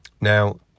Now